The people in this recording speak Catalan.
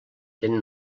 tenen